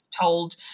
told